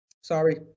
Sorry